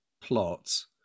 plots